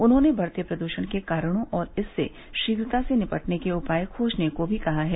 उन्होंने बढ़र्ते प्रदूषण के कारणों और इससे शीघ्रता से निपटने के उपाय खोजने को भी कहा है